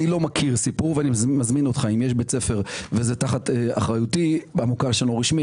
אם יש בית ספר וזה תחת אחריותי במוכר שאינו רשמי,